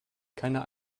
keiner